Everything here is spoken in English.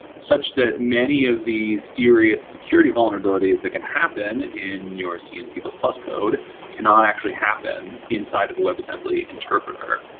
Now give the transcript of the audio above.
such that many of the serius security vulnerabilities that can happen in your c and c plus plus code cannot actually happen inside a webassembly interpreter.